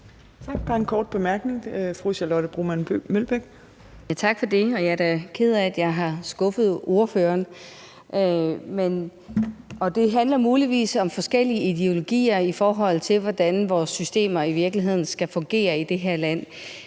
Tak for det, og jeg er da ked af, at jeg har skuffet ordføreren. Det handler muligvis om forskellige ideologier i forhold til, hvordan vores systemer i virkeligheden skal fungere i det her land.